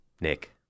Nick